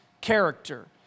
character